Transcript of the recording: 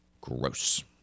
Gross